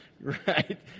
Right